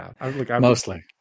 mostly